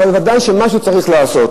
אבל ודאי שמשהו צריך לעשות.